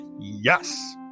Yes